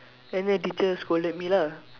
and then teacher scolded me lah